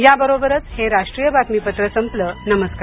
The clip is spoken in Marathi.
याबरोबरच हे राष्ट्रीय बातमीपत्र संपलं नमस्कार